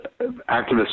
activists